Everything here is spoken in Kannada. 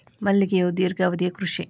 ಮಲ್ಲಿಗೆಯು ದೇರ್ಘಾವಧಿಯ ಕೃಷಿ